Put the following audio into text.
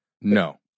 no